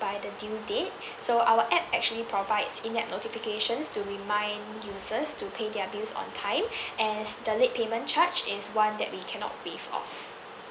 by the due date so our app actually provides in app notifications to remind users to pay their bills on time and as the late payment charge is one that we cannot waive off